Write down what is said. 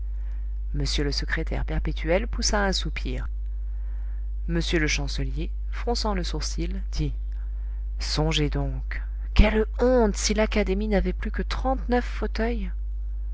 m le secrétaire perpétuel poussa un soupir m le chancelier fronçant le sourcil dit songez donc quelle honte si l'académie n'avait plus que trente-neuf fauteuils